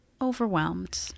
overwhelmed